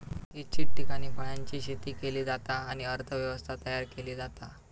इच्छित ठिकाणी फळांची शेती केली जाता आणि अर्थ व्यवस्था तयार केली जाता